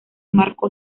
marcó